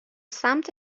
سمت